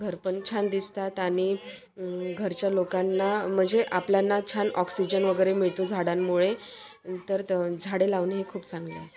घर पण छान दिसतात आणि घरच्या लोकांना म्हणजे आपल्याना छान ऑक्सिजन वगैरे मिळतो झाडांमुळे तर त झाडे लावणे हे खूप चांगले आहे